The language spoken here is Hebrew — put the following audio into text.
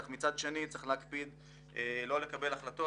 אך יש להקפיד כי לא יתקבלו החלטות